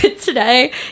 today